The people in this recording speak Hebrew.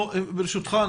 ברשותך,